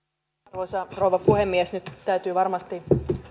arvoisa rouva puhemies nyt täytyy varmasti